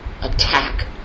attack